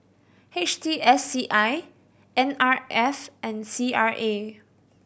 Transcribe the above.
H T S C I N R F and C R A